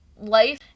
Life